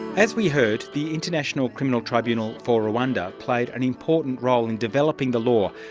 as we heard, the international criminal tribunal for rwanda played an important role in developing the law,